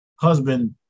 husband